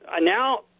now